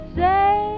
say